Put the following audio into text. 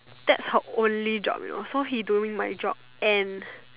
that's her only job you know so he doing my job and